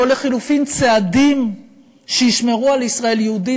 או לחלופין צעדים שישמרו על ישראל יהודית,